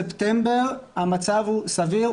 ספטמבר המצב סביר,